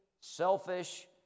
selfish